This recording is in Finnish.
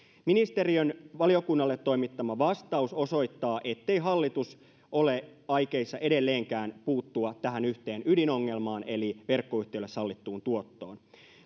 ministeriön valiokunnalle toimittama vastaus osoittaa ettei hallitus ole aikeissa edelleenkään puuttua tähän yhteen ydinongelmaan eli verkkoyhtiölle sallittuun tuottoon